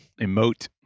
emote